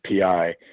PI